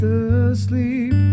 asleep